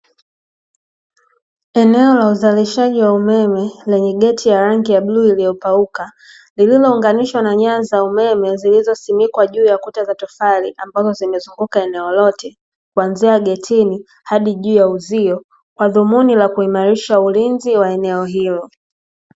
Eneo la uzalishaji wa umeme lenye geti ya rangi ya bluu iliyopauka, lililounganishwa na nyaya za umeme zilizosimikwa juu ya kuta za tofali ambazo zimezunguka eneo lote kuanzia getini hadi juu ya uzio, kwa dhumuni la kuimarisha ulinzi wa eneo hilo.